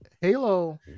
Halo